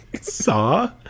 saw